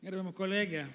gerbiama kolege